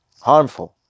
harmful